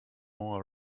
more